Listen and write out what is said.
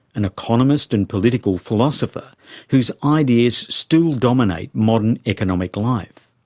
an economist and political philosopher whose ideas still dominate modern economic life.